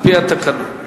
על-פי התקנון.